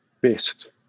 best